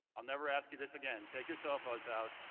i'll never ask you this again. take you cell phones out